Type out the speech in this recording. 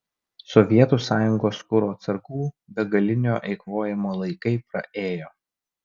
sovietų sąjungos kuro atsargų begalinio eikvojimo laikai praėjo